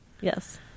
Yes